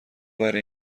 برای